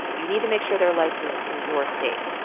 you need to make sure they're licensed in your state.